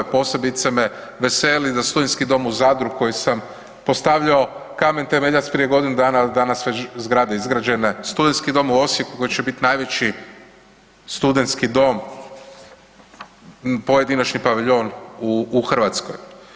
Posebice me veseli za studentski dom u Zadru koji sam postavljao kamen temeljac prije godinu dana, danas već zgrade izgrađene, studentski dom u Osijeku koji će biti najveći studentski dom, pojedinačni paviljon u Hrvatskoj.